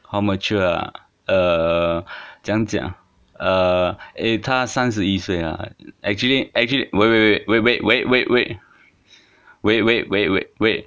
how mature ah err 怎样讲 err eh 她三十一岁啦 actually actually wait wait wait wait wait wait wait wait wait wait wait wait wait